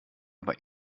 aber